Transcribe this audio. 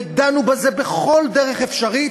ודנו בזה בכל דרך אפשרית,